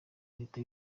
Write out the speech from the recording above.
leta